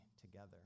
together